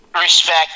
respect